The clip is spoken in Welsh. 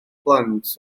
plant